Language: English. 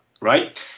Right